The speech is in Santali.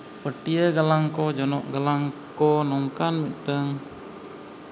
ᱯᱟᱹᱴᱭᱟᱹ ᱜᱟᱞᱟᱝ ᱠᱚ ᱡᱚᱱᱚᱜ ᱜᱟᱞᱟᱝ ᱠᱚ ᱱᱚᱝᱠᱟᱱ ᱢᱤᱫᱴᱟᱝ